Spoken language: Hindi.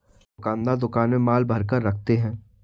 दुकानदार दुकान में माल भरकर रखते है